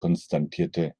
konstatierte